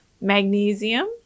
magnesium